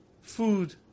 food